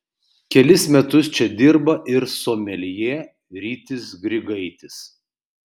kelis metus čia dirba ir someljė rytis grigaitis